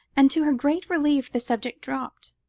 and to her great relief the subject dropped,